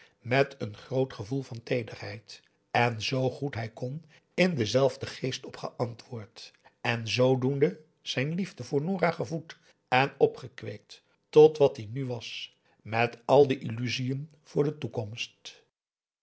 met een groot gevoel van teederheid er zoo goed hij kon in denzelfden geest op geantwoord en zoodoende zijn liefde voor nora gevoed en opgekweekt tot wat die nu was met al de illusiën voor de toekomst